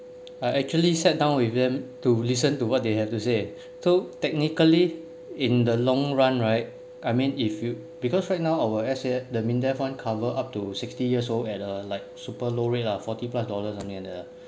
I actually sat down with them to listen to what they have to say so technically in the long run right I mean if you because right now our S_A_F the MINDEF [one] cover up to sixty years old at a like super low rate lah forty plus dollars only and a